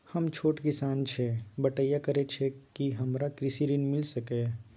हम छोट किसान छी, बटईया करे छी कि हमरा कृषि ऋण मिल सके या?